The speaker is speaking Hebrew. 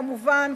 כמובן,